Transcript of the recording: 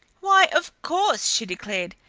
why, of course! she declared.